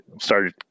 started